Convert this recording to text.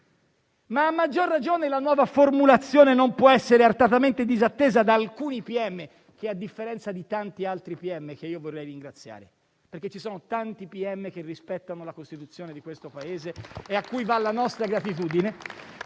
A maggior ragione la nuova formulazione non può essere artatamente disattesa da alcuni. Infatti, a differenza di tanti altri pubblici ministeri che io vorrei ringraziare, perché ce ne sono tanti che rispettano la Costituzione di questo Paese e a cui va la nostra gratitudine